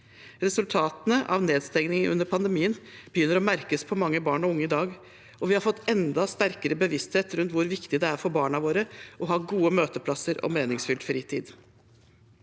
Resultatene av nedstengning under pandemien begynner å merkes på mange barn og unge i dag, og vi har fått enda sterkere bevissthet rundt hvor viktig det er for barna våre å ha gode møteplasser og meningsfylt fritid.